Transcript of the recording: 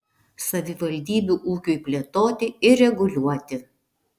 savivaldybių ūkiui plėtoti ir reguliuoti